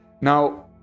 Now